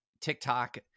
TikTok